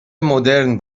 مدرن